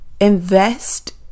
invest